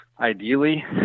Ideally